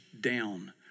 down